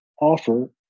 offer